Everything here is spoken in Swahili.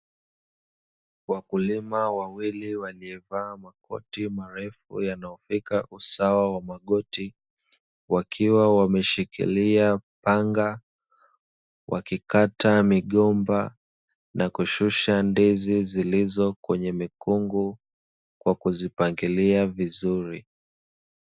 Wakulima wawili waliovaa makoti marefu yanayofika usawa wa magoti wakiwa wameshikilia panga, wakikata migomba na kushusha ndizi zilizo kwenye mikungu kwa kuzipangilia vizuri.